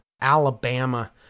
Alabama